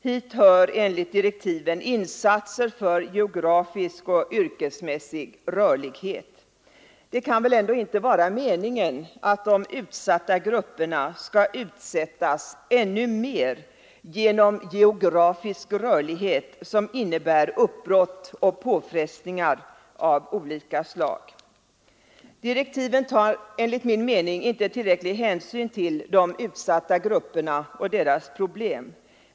Hit hör enligt direktiven insatser för geografisk och yrkesmässig rörlighet. Det kan väl ändå inte vara meningen att de utsatta grupperna skall utsättas än mer genom geografisk rörlighet, som innebär uppbrott och påfrestningar av olika slag. Direktiven tar enligt min mening inte tillräcklig hänsyn till de utsatta grupperna och deras problem.